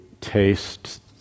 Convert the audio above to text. taste